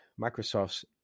Microsoft's